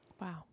Wow